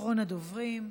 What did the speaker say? אחרון הדוברים.